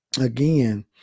Again